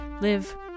live